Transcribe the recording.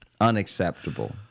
Unacceptable